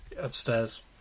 upstairs